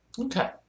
Okay